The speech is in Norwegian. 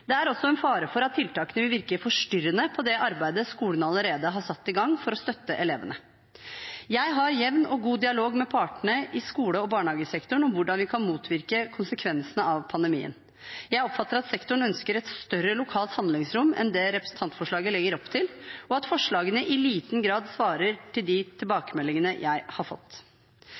Det er også en fare for at tiltakene vil virke forstyrrende på det arbeidet skolene allerede har satt i gang for å støtte elevene. Jeg har jevn og god dialog med partene i skole- og barnehagesektoren om hvordan vi kan motvirke konsekvensene av pandemien. Jeg oppfatter at sektoren ønsker et større lokalt handlingsrom enn det representantforslaget legger opp til, og at forslagene i liten grad svarer til de tilbakemeldingene jeg har fått.